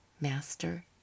Master